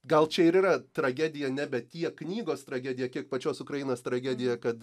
gal čia ir yra tragedija nebe tiek knygos tragedija kiek pačios ukrainos tragedija kad